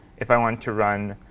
if i wanted to run